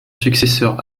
successeur